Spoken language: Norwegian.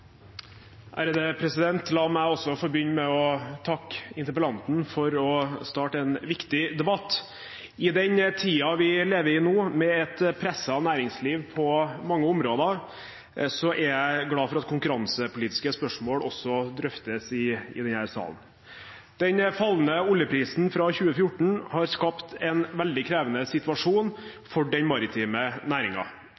La meg også få begynne med å takke interpellanten for å starte en viktig debatt. I den tiden vi lever i nå, med et presset næringsliv på mange områder, er jeg glad for at konkurransepolitiske spørsmål også drøftes i denne sal. Den fallende oljeprisen fra 2014 har skapt en veldig krevende situasjon